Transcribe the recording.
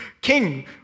king